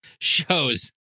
shows